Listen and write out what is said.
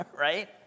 right